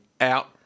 out